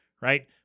right